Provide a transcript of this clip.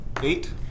Eight